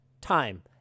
time